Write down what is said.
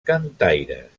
cantaires